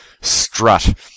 strut